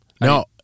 No